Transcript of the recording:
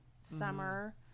summer